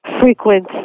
frequent